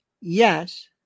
Yes